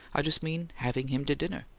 i just mean having him to dinner.